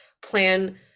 plan